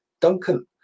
Duncan